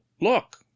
look